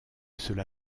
cela